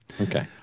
Okay